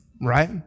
Right